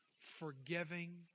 forgiving